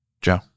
Joe